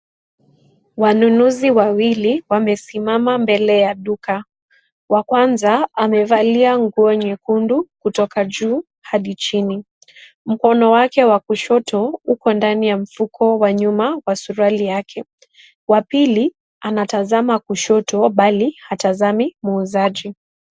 Wanunuzi wawili wamesimama mbele ya duka wa kwanza amevalia nguo nyekundu kutoka juu hadi chini, mkono wake wa kushoto uko ndani ya mfuko wa nyuma wa suruali yake, wa pili anatazama kushoto bali hatazami muuzaji.